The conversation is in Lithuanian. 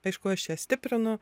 aišku aš ją stiprinu